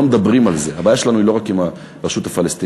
לא מדברים על זה: הבעיה שלנו היא לא רק עם הרשות הפלסטינית,